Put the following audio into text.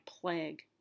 plague